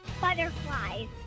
Butterflies